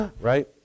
Right